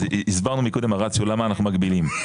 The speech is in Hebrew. אז הסברנו מקודם הרציונל למה אנחנו מגבילים,